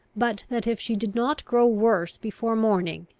but that if she did not grow worse before morning,